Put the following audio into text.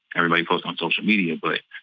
everybody posts on social media but,